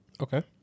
Okay